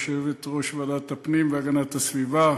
יושבת-ראש ועדת הפנים והגנת הסביבה,